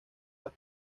las